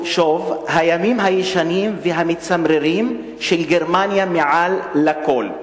הימים הישנים והמצמררים של "גרמניה מעל לכול".